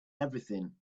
everything